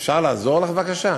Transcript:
אפשר לעזור לךְ, בבקשה?